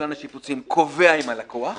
שקבלן השיפוצים קובע עם הלקוח